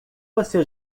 você